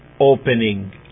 opening